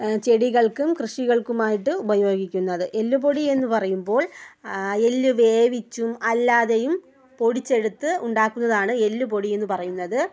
ചെടികൾക്കും കൃഷികൾക്കുമായിട്ട് ഉപയോഗിക്കുന്നത് എല്ല് പൊടി എന്ന് പറയുമ്പോൾ എല്ല് വേവിച്ചും അല്ലാതെയും പൊടിച്ചെടുത്ത് ഉണ്ടാക്കുന്നതാണ് എല്ലുപൊടി എന്ന് പറയുന്നത്